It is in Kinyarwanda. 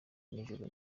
nijoro